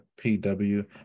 PW